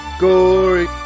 Gory